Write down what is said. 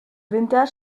winter